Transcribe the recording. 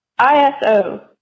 ISO